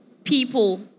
people